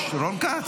יש, רון כץ.